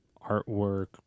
artwork